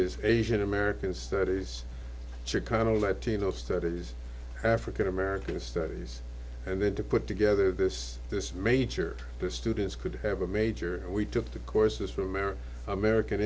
is asian american studies chicano latino studies african american studies and then to put together this this major the students could have a major we took the courses for america